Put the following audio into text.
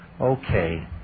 Okay